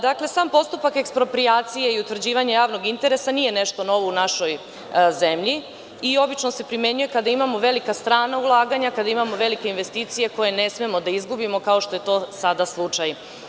Dakle, sam postupak eksproprijacije i utvrđivanje javnog interesa nije nešto novo u našoj zemlji, i obično se primnjuje kada imamo velika strana ulaganja, kada imamo velike investicije koje ne smemo da izgubimo, kao što je to sada slučaj.